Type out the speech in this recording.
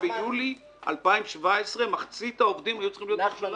ביולי 2017 מחצית מן העובדים היו כבר צריכים להיות בירושלים.